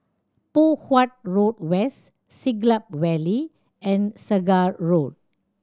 Poh Huat Road West Siglap Valley and Segar Road